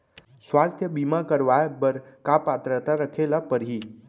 स्वास्थ्य बीमा करवाय बर का पात्रता रखे ल परही?